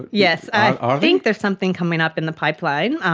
yes, i think there's something coming up in the pipeline,